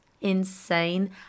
Insane